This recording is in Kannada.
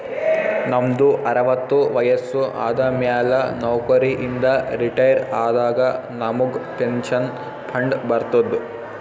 ನಮ್ದು ಅರವತ್ತು ವಯಸ್ಸು ಆದಮ್ಯಾಲ ನೌಕರಿ ಇಂದ ರಿಟೈರ್ ಆದಾಗ ನಮುಗ್ ಪೆನ್ಷನ್ ಫಂಡ್ ಬರ್ತುದ್